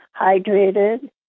hydrated